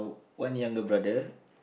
one younger brother